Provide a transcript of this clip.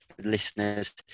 listeners